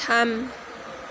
थाम